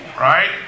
Right